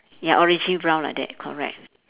ya orangey brown like that correct